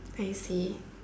I see